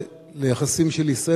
ביחס לישראל,